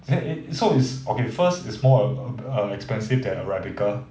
then so it's okay first is more err err expensive than arabica